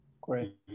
Great